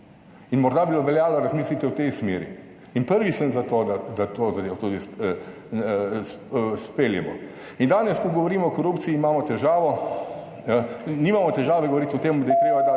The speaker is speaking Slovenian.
in morda bi veljalo razmisliti v tej smeri. In prvi sem za to, da to zadevo tudi izpeljemo. In danes, ko govorimo o korupciji imamo težavo. Nimamo težave govoriti o tem, da je treba dati